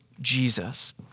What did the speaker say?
Jesus